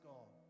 God